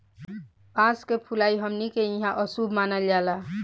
बांस के फुलाइल हमनी के इहां अशुभ मानल जाला